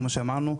כמו שאמרנו,